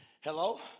Hello